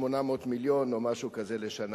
800 מיליון או משהו כזה לשנה.